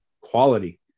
quality